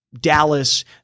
Dallas